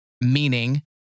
meaning